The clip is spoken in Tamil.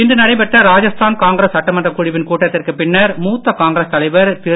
இன்று நடைபெற்ற ராஜஸ்தான் காங்கிரஸ் சட்டமன்றக் குழுவின் கூட்டத்திற்குப் பின்னர் மூத்த காங்கிரஸ் தலைவர் திரு